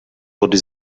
wurde